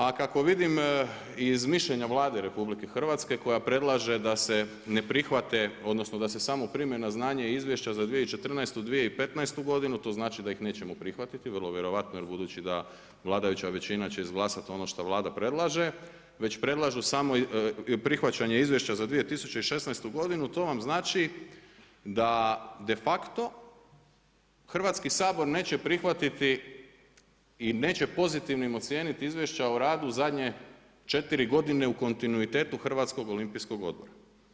A kako vidim iz mišljenja Vlade RH koja predlaže da se ne prihvate odnosno samo da se prime na znanje izvješća za 2014. i 2015. godinu, to znači da ih nećemo prihvatiti, vrlo vjerojatno jel budući da vladajuća većina će izglasat ono što Vlada predlaže, već predlažu samo prihvaćanje izvješća za 2016. godinu, to vam znači da de facto Hrvatski sabor neće prihvatiti i neće pozitivnim ocijeniti izvješća o radu zadnje četiri godine u kontinuitetu HOO-a.